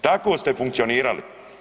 Tako ste funkcionirali.